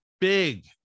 big